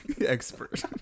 expert